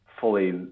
fully